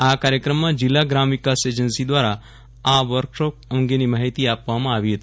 આ કાર્યક્રમમાં જિલ્લા ગ્રામ વિકાસ એજન્સી દ્વારા આ વર્કશોપ અંગેની માહિતી આપી હતી